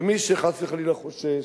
ומי שחס וחלילה חושש,